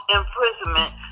imprisonment